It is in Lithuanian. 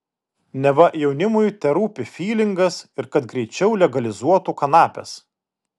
neva jaunimui terūpi fylingas ir kad greičiau legalizuotų kanapes